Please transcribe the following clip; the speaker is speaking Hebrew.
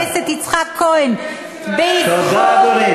חבר הכנסת יצחק כהן, תודה.